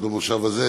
עוד במושב הזה,